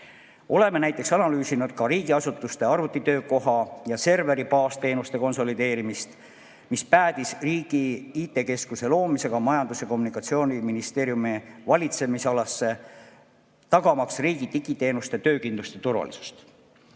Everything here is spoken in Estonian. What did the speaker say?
Oleme analüüsinud ka riigiasutuste arvutitöökoha ja serveribaasteenuste konsolideerimist, mis päädis riigi IT‑keskuse loomisega Majandus- ja Kommunikatsiooniministeeriumi valitsemisalasse, tagamaks riigi digiteenuste töökindlust ja turvalisust.